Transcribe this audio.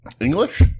English